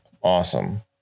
Awesome